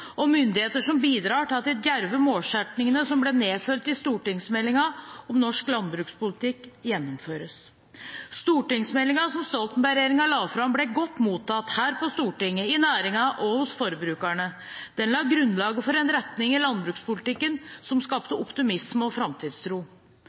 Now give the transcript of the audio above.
og myndigheter som bidrar til at de djerve målsettingene som ble nedfelt i stortingsmeldingen om norsk landbrukspolitikk, gjennomføres. Stortingsmeldingen som Stoltenberg-regjeringen la fram, ble godt mottatt her på Stortinget, i næringen og hos forbrukerne. Den la grunnlaget for en retning i landbrukspolitikken som